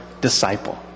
disciple